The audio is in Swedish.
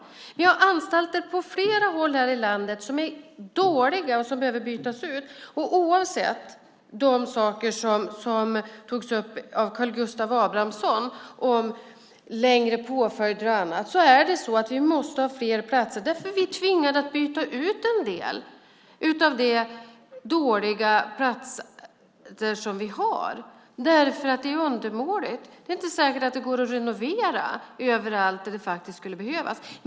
Vi har anstalter på flera håll här i landet som är dåliga och som behöver bytas ut. Oavsett de saker som togs upp av Karl Gustav Abramsson om längre påföljder och annat är det så att vi måste ha fler platser. Vi är tvingade att byta ut en del av de dåliga platser som vi har då de är undermåliga. Det är inte säkert att det går att renovera överallt där det skulle behövas.